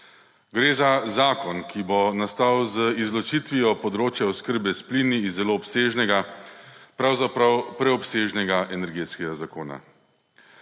Gre za zakon, ki bo nastal z izločitvijo področja oskrbe s plini iz zelo obsežnega, pravzaprav preobsežnega Energetskega zakona.